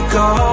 go